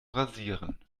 rasieren